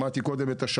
שמעתי את השמאי,